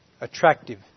attractive